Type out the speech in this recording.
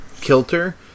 kilter